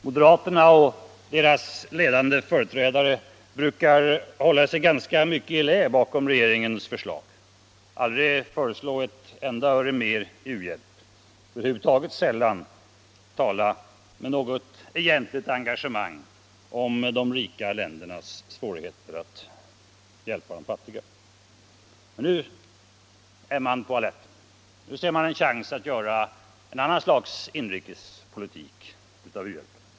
Moderaterna och deras ledande företrädare brukar hålla sig ganska mycket i lä bakom regeringens förslag, aldrig föreslå ett enda öre mer i u-hjälp. De brukar över huvud taget sällan tala med något egentligt engagemang om de rika ländernas skyldighet att hjälpa de fattiga. Men nu är man på alerten. Nu ser man en chans att göra ett annat slags inrikespolitik av u-hjälpen.